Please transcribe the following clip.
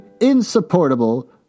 insupportable